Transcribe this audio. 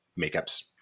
makeups